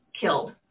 killed